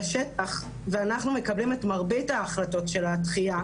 בשטח ואנחנו מקבלים את מרבית ההחלטות של הדחייה.